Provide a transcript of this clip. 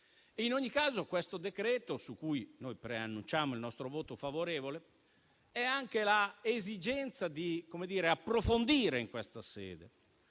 In ogni caso questo decreto, su cui preannunciano il nostro voto favorevole, rappresenta anche l'esigenza di approfondire in questa sede